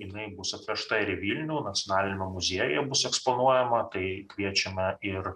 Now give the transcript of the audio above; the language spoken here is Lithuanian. jinai bus atvežta ir į vilnių nacionaliniame muziejuje bus eksponuojama tai kviečiame ir